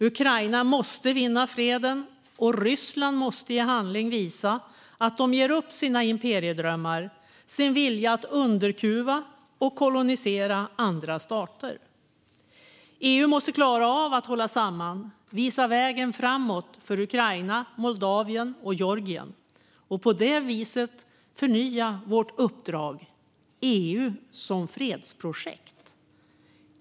Ukraina måste vinna freden, och Ryssland måste i handling visa att de ger upp sina imperiedrömmar och sin vilja att underkuva och kolonisera andra stater. EU måste klara av att hålla samman, visa vägen framåt för Ukraina, Moldavien och Georgien och på det viset förnya vårt uppdrag - EU som fredsprojekt.